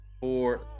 four